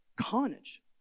carnage